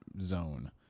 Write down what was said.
zone